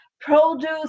produce